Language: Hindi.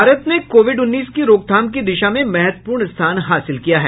भारत ने कोविड उन्नीस की रोकथाम की दिशा में महत्वपूर्ण स्थान हासिल किया है